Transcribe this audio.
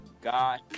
God